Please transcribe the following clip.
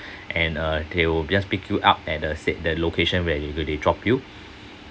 and uh they will just pick you up at the set that location where they do they drop you